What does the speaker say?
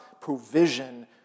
provision